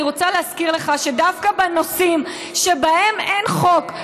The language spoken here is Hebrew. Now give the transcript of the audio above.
אני רוצה להזכיר לך שדווקא בנושאים שבהם אין חוק,